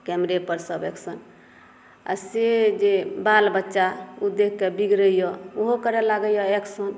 कैमरे पर सभ एक्शन आ से जे बाल बच्चा ओ देखके बिगड़ैया ओहो करय लागैया एक्शन